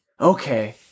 Okay